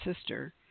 sister